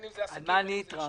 על מה אני התרעמתי?